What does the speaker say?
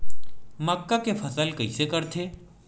मक्का के फसल कइसे करथे?